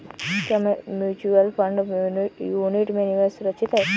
क्या mutual fund unit में निवेश सुरक्षित है?